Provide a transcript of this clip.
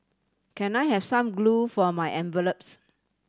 can I have some glue for my envelopes